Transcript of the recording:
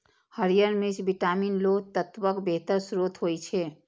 हरियर मिर्च विटामिन, लौह तत्वक बेहतर स्रोत होइ छै